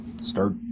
start